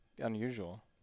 Unusual